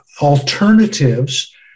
alternatives